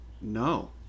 No